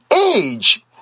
age